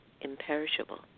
imperishable